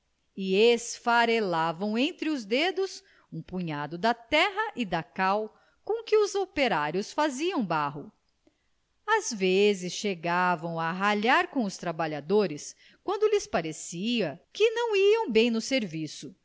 e esfarelavam entre os dedos um punhado da terra e da cal com que os operários faziam barro às vezes chegavam a ralhar com os trabalhadores quando lhes parecia que não iam bem no serviço